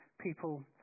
people